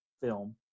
film